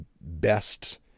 best